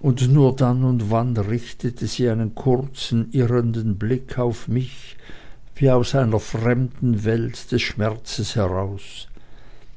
und nur dann und wann richtete sie einen kurzen irrenden blick auf mich wie aus einer fremden welt des schmerzes heraus